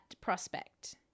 prospect